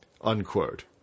unquote